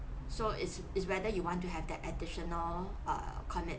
so it's it's whether you want to have that additional err commitment